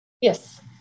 Yes